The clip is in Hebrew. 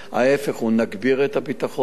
להיפך, נגביר את הביטחון.